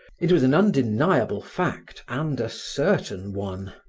it was an undeniable fact and a certain one.